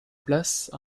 place